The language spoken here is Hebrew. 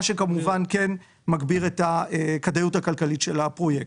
מה שכמובן מגביר את הכדאיות הכלכלית של הפרויקט.